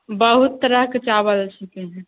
बहुत तरहके चाबल छिकै